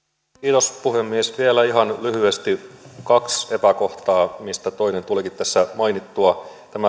puhemies vielä ihan lyhyesti kaksi epäkohtaa niistä toinen tulikin tässä mainittua